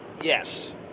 Yes